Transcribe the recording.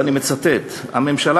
"הממשלה,